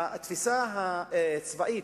התפיסה הצבאית,